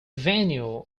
venue